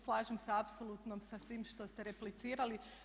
Slažem se apsolutno sa svim što ste replicirali.